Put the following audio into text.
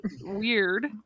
weird